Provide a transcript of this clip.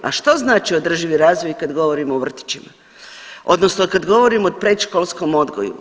A što znači održivi razvoj i kad govorimo o vrtićima odnosno kad govorimo o predškolskom odgoju?